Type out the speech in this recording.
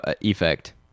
effect